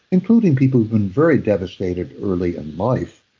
including people who've been very devastated early in life,